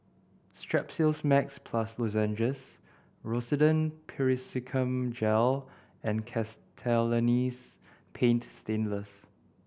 Strepsils Max Plus Lozenges Rosiden Piroxicam Gel and Castellani's Paint Stainless